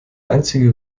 einzige